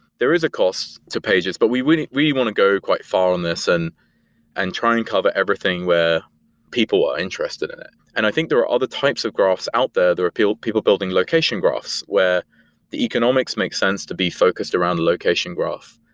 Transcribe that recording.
there is a cost to pages, but we we want to go quite far on this and and try and cover everything, where people are interested in it. and i think there are other types of graphs out there. there are people people building location graphs, where the economics makes sense to be focused around location graph.